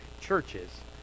churches